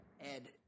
Ed